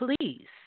Please